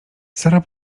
sara